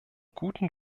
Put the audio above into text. guten